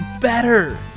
better